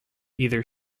either